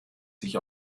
sich